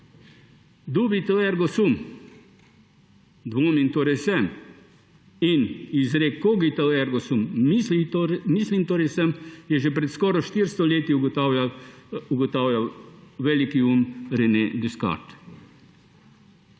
Dubito, ergo sum, dvomim, torej sem, in izrek Cogito, ergo sum, mislim, torej sem, je že pred skoraj štiristo leto ugotavljal veliki um Rene Descartes.